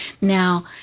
Now